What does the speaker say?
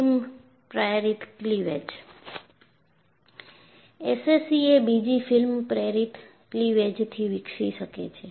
film પ્રેરિત cleavage SCC એ બીજી ફિલ્મ પ્રેરિત ક્લીવેજથી વિકસી શકે છે